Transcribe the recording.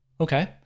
Okay